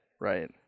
Right